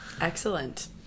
Excellent